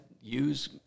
use